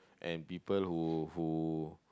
and people who who